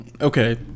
okay